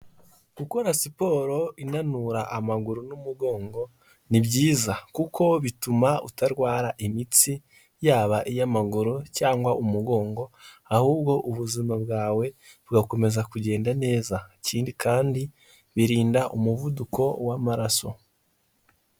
Gukora siporo inanura amaguru n'umugongo ni byiza kuko bituma utarwara imitsi yaba iy'amaguru cyangwa umugongo, ahubwo ubuzima bwawe bugakomeza kugenda neza, ikindi kandi birinda umuvuduko w'amaraso.